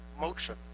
motion